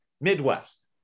Midwest